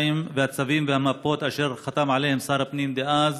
ואת הצווים והמפות אשר חתם עליהם שר הפנים דאז